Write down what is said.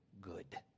good